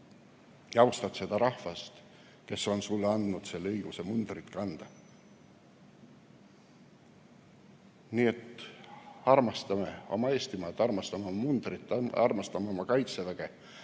austad seda rahvast, kes on sulle andnud õiguse mundrit kanda. Nii et armastame oma Eestimaad, armastame oma mundrit, armastame oma Kaitseväge